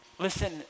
Listen